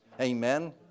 Amen